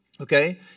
okay